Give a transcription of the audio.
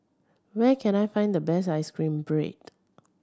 where can I find the best ice cream bread